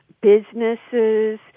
businesses